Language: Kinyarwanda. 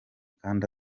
kandi